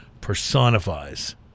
personifies